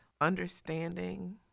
understanding